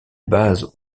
base